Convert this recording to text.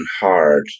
hard